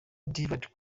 divert